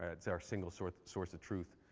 ah it's our single sort of source of truth.